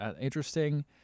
interesting